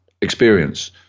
experience